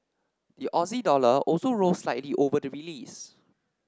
the Aussie dollar also rose slightly over the release